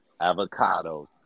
avocados